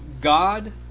God